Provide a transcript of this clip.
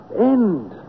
end